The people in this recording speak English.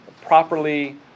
properly